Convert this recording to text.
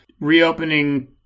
reopening